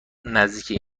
نزدیک